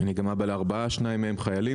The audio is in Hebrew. אני גם אבא לארבעה, כששניים מהם חיילים.